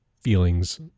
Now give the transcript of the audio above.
feelings